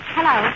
Hello